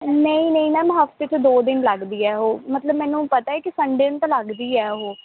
ਨਹੀਂ ਨਹੀਂ ਮੈਮ ਹਫਤੇ 'ਚ ਦੋ ਦਿਨ ਲੱਗਦੀ ਹੈ ਉਹ ਮਤਲਬ ਮੈਨੂੰ ਪਤਾ ਏ ਕਿ ਸੰਡੇ ਨੂੰ ਤਾਂ ਲੱਗਦੀ ਹੈ ਉਹ